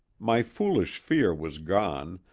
my foolish fear was gone,